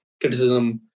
criticism